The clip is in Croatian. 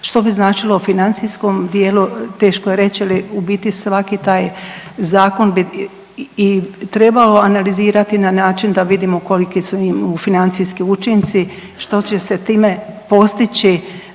što bi značilo u financijskom dijelu teško je reći, ali u biti svaki taj zakon bi i trebalo analizirati na način da vidimo koliki su im financijski učinci, što će se time postići